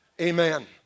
Amen